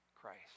Christ